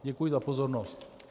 Děkuji za pozornost.